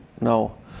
No